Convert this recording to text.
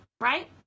right